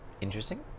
interesting